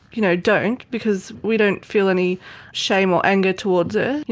you know, don't, because we don't feel any shame or anger towards her.